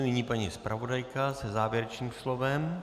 Nyní paní zpravodajka se závěrečným slovem.